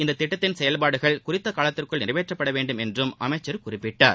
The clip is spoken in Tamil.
இந்த திட்டத்தின் செயல்பாடுகள் குறித்தகாலத்திற்குள் நிறைவேற்றப்படவேண்டும் என்றும் அமைச்சர் குறிப்பிட்டார்